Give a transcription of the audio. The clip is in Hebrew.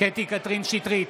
קטי קטרין שטרית,